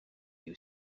you